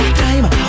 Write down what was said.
time